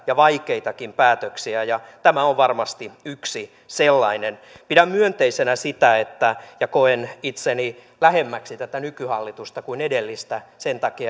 ja vaikeitakin päätöksiä tämä on varmasti yksi sellainen pidän myönteisenä sitä ja koen itseni lähemmäksi tätä nykyhallitusta kuin edellistä sen takia